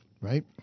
Right